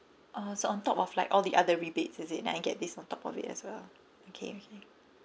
uh so on top of like all the other rebate is it and I get this on top of it as well okay okay